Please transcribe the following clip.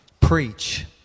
preach